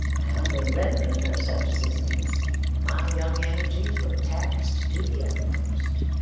and in rendering her such assistance my young energies were taxed to the utmost.